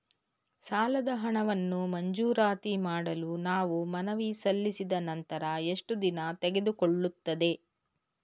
ಸಾಲದ ಹಣವನ್ನು ಮಂಜೂರಾತಿ ಮಾಡಲು ನಾವು ಮನವಿ ಸಲ್ಲಿಸಿದ ನಂತರ ಎಷ್ಟು ದಿನ ತೆಗೆದುಕೊಳ್ಳುತ್ತದೆ?